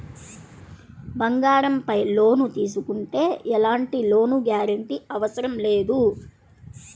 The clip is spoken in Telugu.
బంగారంపై లోను తీసుకుంటే ఎలాంటి లోను గ్యారంటీ అవసరం లేదు